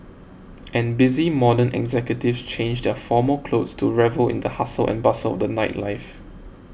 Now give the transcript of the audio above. and busy modern executives change their formal clothes to revel in the hustle and bustle of the nightlife